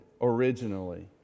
originally